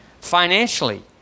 Financially